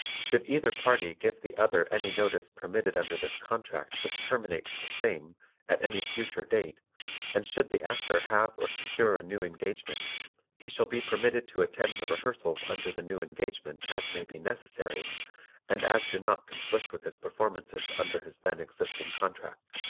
should either party give the other any notice permitted under this contract which terminates the same at any future date and should the actor have or secure a new engagement he shall be permitted to attend the rehearsals under the new engagement as may be necessary and as do not conflict with his performances under his then existing contract.